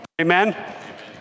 Amen